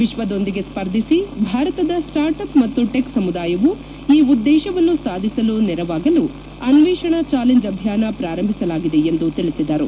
ವಿಶ್ವದೊಂದಿಗೆ ಸ್ಪರ್ಧಿಸಿ ಭಾರತದ start up ಮತ್ತು ಟೆಕ್ ಸಮುದಾಯವು ಈ ಉದ್ದೇಶವನ್ನು ಸಾಧಿಸಲು ನೆರವಾಗಲು ಅನ್ವೇಷಣಾ ಚಾಲೆಂಚ್ ಅಭಿಯಾನ ಪ್ರಾರಂಭಿಸಲಾಗಿದೆ ಎಂದು ತಿಳಿಸಿದರು